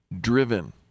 Driven